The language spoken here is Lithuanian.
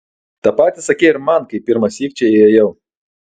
tą patį sakei ir man kai pirmąsyk čia įėjau